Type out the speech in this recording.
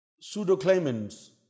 pseudo-claimants